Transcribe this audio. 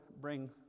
bring